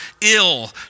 ill